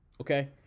okay